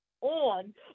on